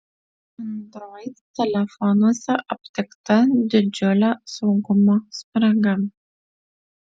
android telefonuose aptikta didžiulė saugumo spraga